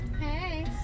Hey